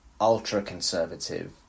ultra-conservative